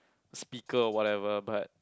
speaker or whatever but